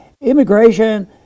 immigration